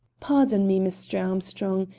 pardon me, mr. armstrong,